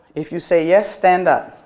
if you say yes, stand up.